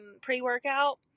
pre-workout